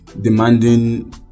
demanding